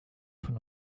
von